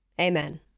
Amen